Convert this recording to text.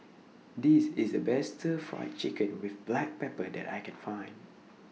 This IS The Best Stir Fry Chicken with Black Pepper that I Can Find